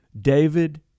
David